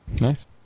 nice